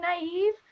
naive